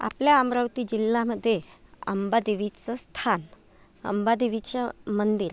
आपल्या अमरावती जिल्ह्यामध्ये अंबादेवीचं स्थान अंबादेवीचं मंदिर